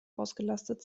ausgelastet